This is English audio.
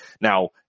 now